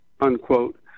unquote